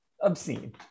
obscene